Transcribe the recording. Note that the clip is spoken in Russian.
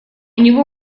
него